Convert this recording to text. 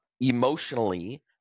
emotionally